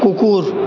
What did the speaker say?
কুকুর